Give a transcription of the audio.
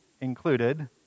included